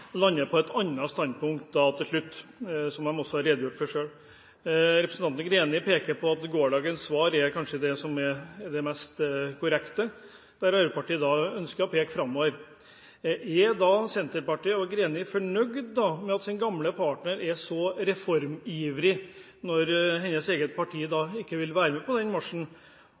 på et annet standpunkt til slutt, som de også har redegjort for selv. Representanten Greni peker på at gårsdagens svar kanskje er det som er det mer korrekte, der Arbeiderpartiet ønsker å peke framover. Er Senterpartiet og Greni fornøyd med at deres gamle partner er så reformivrig, når hennes eget parti ikke vil være med på den